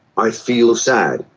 i feel sad,